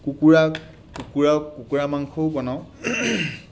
কুকুৰা কুকুৰা কুকুৰা মাংসও বনাওঁ